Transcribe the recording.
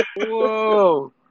Whoa